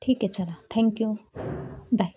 ठीक आहे चला थँक्यू बाय